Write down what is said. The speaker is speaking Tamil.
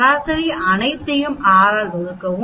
சராசரி அனைத்தையும் 6 ஆல் வகுக்கவும்